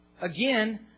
Again